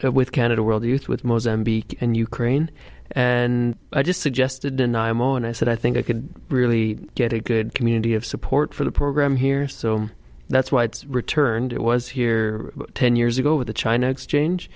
with canada world youth with mozambique and ukraine and i just suggested and i'm on i said i think i could really get a good community of support for the program here so that's why it's returned it was here ten years ago with the china exchange